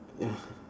ya